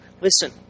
Listen